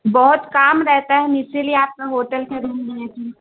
بہت کام رہتا ہے ہم اسی لیے آپ کا ہوٹل کے روم لیے تھے